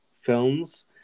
films